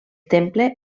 temple